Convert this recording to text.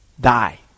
die